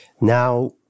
now